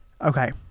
Okay